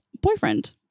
boyfriend